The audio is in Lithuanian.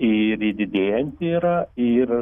ir ji didėjanti yra ir